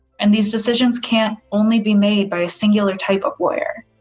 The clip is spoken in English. and these decisions can't only be made by a singular type of lawyer.